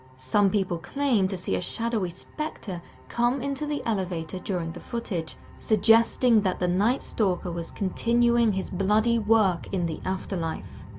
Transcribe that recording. some people claim to see a shadowy spectre come into the elevator during the footage, suggesting that the night stalker was continuing his bloody work in the afterlife.